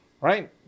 right